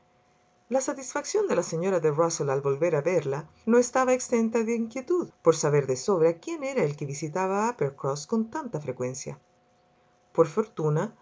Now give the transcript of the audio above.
la satisfacción de la señora de rusell al volver a verla no estaba exenta de inquietud por saber de sobra quién era el que visitaba uppercross con tanta frecuencia por fortuna o